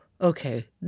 Okay